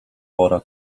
wora